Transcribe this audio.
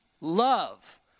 Love